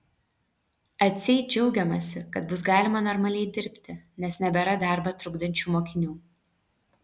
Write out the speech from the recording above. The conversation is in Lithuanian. atseit džiaugiamasi kad bus galima normaliai dirbti nes nebėra darbą trukdančių mokinių